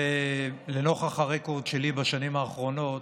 לנוכח הרקורד שלי בשנים האחרונות,